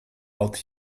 out